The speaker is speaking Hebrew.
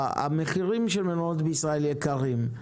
המחירים של מלונות בישראל יקרים,